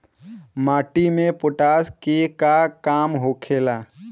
माटी में पोटाश के का काम होखेला?